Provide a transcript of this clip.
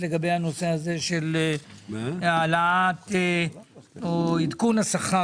שנכחו לגבי כך שנעשה את זה ביחד עם הוועדה הציבורית.